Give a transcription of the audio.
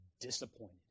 disappointed